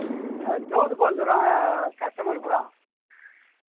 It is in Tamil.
ஆ சோர்ந்து போகுதுன்னு சொல்கிறாங்க கஸ்டமருப்பா